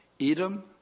Edom